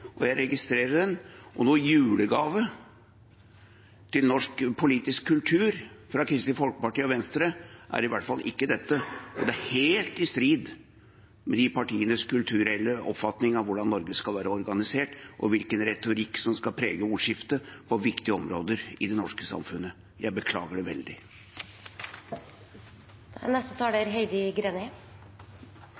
og jeg registrerer den. Noen julegave fra Kristelig Folkeparti og Venstre til norsk politisk kultur er i hvert fall ikke dette. Og det er helt i strid med de partienes kultur eller oppfatning om hvordan Norge skal være organisert, og hvilken retorikk som skal prege ordskiftet på viktige områder i det norske samfunnet. Jeg